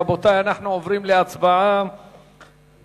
רבותי, אנחנו עוברים להצבעה על